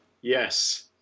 Yes